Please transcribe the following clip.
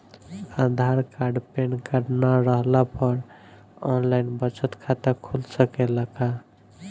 आधार card pan card न रहला पर आन लाइन बचत खाता खुल सकेला का?